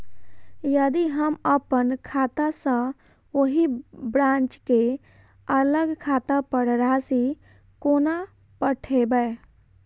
यदि हम अप्पन खाता सँ ओही ब्रांच केँ अलग खाता पर राशि कोना पठेबै?